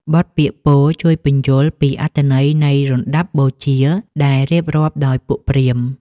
បទពាក្យពោលជួយពន្យល់ពីអត្ថន័យនៃរណ្ដាប់បូជាដែលរៀបចំដោយពួកព្រាហ្មណ៍។